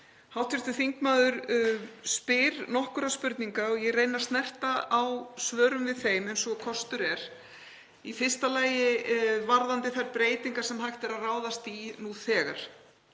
Hv. þingmaður spyr nokkurra spurninga og ég reyni að snerta á svörum við þeim eins og kostur er, í fyrsta lagi varðandi þær breytingar sem hægt er að ráðast í nú þegar.